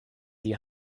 die